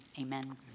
Amen